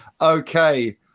Okay